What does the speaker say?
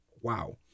wow